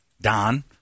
Don